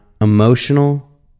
emotional